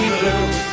blue